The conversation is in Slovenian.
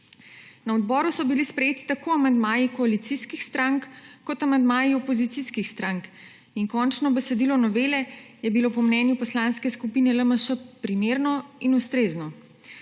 Na odboru so bili sprejeti tako amandmaji koalicijskih strank kot amandmaji opozicijskih strank in končno besedilo novelo je bilo po mnenju Poslanske skupine LMŠ primerno in ustrezno.